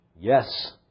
Yes